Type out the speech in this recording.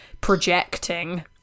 projecting